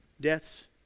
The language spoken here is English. deaths